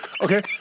Okay